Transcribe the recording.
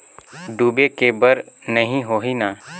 डूबे के बर नहीं होही न?